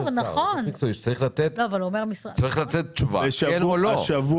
צריך לתת תשובה של כן או לא,